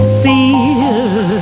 feel